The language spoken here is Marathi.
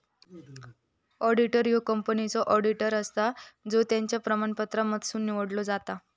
ऑडिटर ह्यो कंपनीचो ऑडिटर असता जो त्याच्या प्रमाणपत्रांमधसुन निवडलो जाता